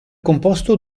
composto